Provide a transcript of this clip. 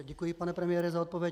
Děkuji, pane premiére, za odpověď.